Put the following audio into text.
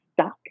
stuck